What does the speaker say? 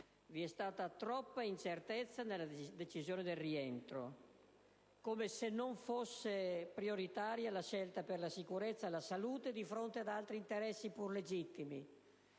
Vi è stata troppa incertezza nella decisione del rientro, come se non fosse prioritaria la scelta per la sicurezza e la salute di fronte ad altri interessi pur legittimi